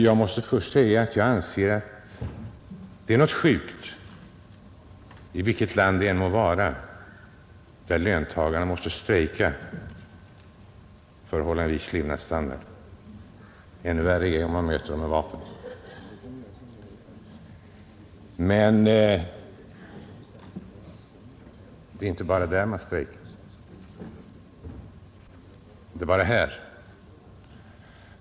Jag måste först säga att jag anser att det är något sjukt, i vilket land det än må vara, när löntagarna måste strejka för att hålla en viss levnadsstandard. Ännu värre är det om strejkerna möts med vapen. Men det är inte bara i Polen och här i Sverige man strejkar.